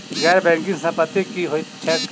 गैर बैंकिंग संपति की होइत छैक?